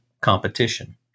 competition